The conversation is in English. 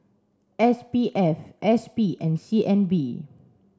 S P F S P and C N B